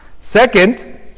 Second